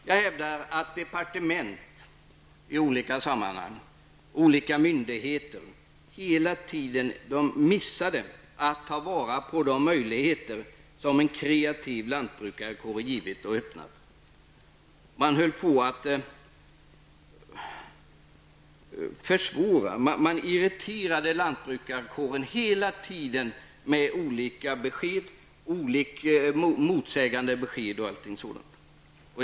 Jag hävdar att departement och olika myndigheter hela tiden i olika sammanhang missade att ta vara på de möjligheter som en kreativ lantbrukarkår öppnat. Man irriterade hela tiden lantbrukarkåren med motsägande besked osv.